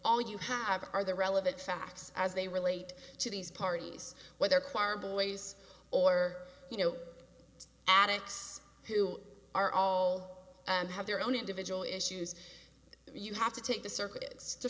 all you have are the relevant facts as they relate to these parties whether choirboys or you know addicts who are also have their own individual issues you have to take the circuit